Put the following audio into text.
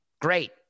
great